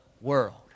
world